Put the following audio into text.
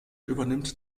übernimmt